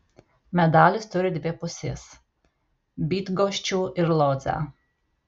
medalis turi dvi pusės bydgoščių ir lodzę